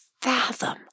fathom